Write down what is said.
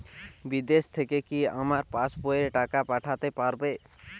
বিদেশ থেকে কি আমার পাশবইয়ে টাকা পাঠাতে পারবে?